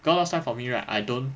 cause last time for me right I don't